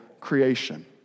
creation